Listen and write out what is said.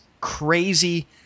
crazy